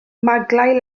maglau